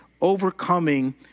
overcoming